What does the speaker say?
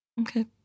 Okay